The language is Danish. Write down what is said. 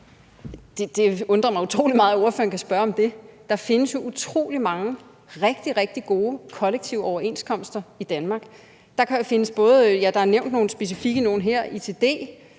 Det undrer mig utrolig meget, at ordføreren kan spørge om det. Der findes jo utrolig mange rigtig, rigtig gode kollektive overenskomster i Danmark. Der er nævnt nogle specifikke her: ITD,